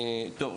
אתה סיימת?